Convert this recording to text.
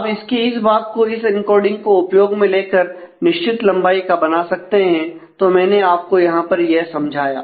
आप इसके इस भाग को इस इनकोडिंग को उपयोग में लेकर निश्चित लंबाई का बना सकते हैं तो मैंने आपको यहां पर यह समझाया